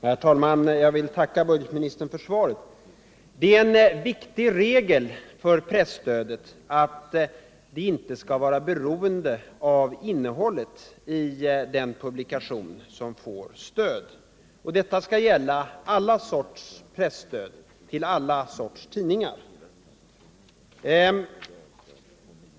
Herr talman! Jag vill tacka budgetministern för svaret. Det är en viktig regel för presstödet att det inte skall vara beroende av innehållet i den publikation som får stöd, och detta skall gälla alla sorters presstöd till alla sorters tidningar.